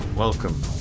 Welcome